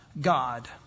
God